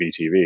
BTV